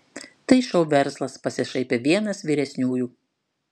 tai šou verslas pasišaipė vienas vyresniųjų